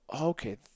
okay